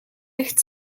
nicht